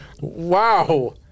wow